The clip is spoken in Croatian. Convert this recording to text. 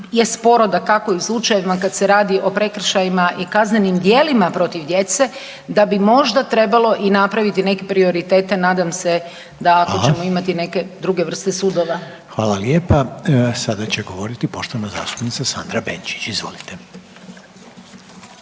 je sporo dakako i u slučajevima kada se radi o prekršajima i kaznenim djelima protiv djece da bi možda trebalo i napraviti neke prioritete. Nadam se da ako ćemo imati neke druge vrste sudova. **Reiner, Željko (HDZ)** Hvala lijepa. Sada će govoriti poštovana zastupnica Sandra Benčić. Izvolite.